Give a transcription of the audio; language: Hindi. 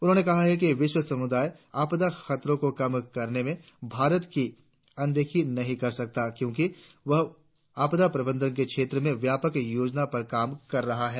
उन्होंने कहा कि विश्व समुदाय आपदा खतरों को कम करने में भारत की अनदेखी नहीं कर सकता क्योंकि वह आपदा प्रबंधन के क्षेत्र में व्यापक योजनाओं पर काम कर रहा है